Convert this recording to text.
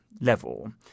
level